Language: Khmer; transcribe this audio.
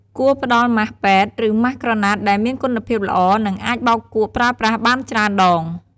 គួរផ្តល់ម៉ាស់ពេទ្យ ឬម៉ាស់ក្រណាត់ដែលមានគុណភាពល្អ និងអាចបោកគក់ប្រើប្រាស់បានច្រើនដង។